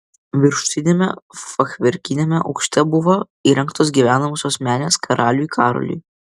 viršutiniame fachverkiniame aukšte buvo įrengtos gyvenamosios menės karaliui karoliui